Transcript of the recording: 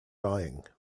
dying